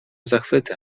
zachwytem